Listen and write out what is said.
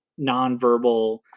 Nonverbal